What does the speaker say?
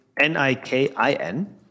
N-I-K-I-N